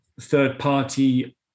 third-party